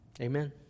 Amen